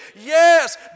yes